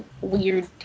weird